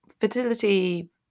fertility